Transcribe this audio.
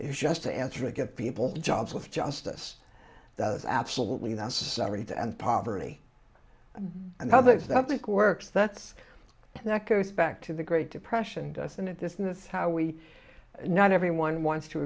is just the answer to give people jobs with justice does absolutely necessary to end poverty and others that think works that's and that goes back to the great depression doesn't it this is how we not everyone wants to